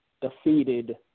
defeated